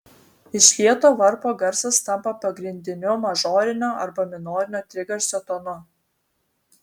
išlieto varpo garsas tampa pagrindiniu mažorinio arba minorinio trigarsio tonu